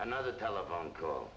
another telephone call